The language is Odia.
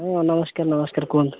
ନମସ୍କାର ନମସ୍କାର କୁହନ୍ତୁ